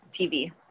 TV